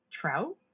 Trout